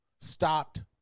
stopped